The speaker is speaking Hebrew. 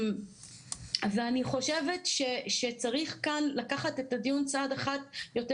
אני חושבת שצריך לקחת את הדיון כאן צעד אחד יותר